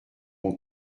mon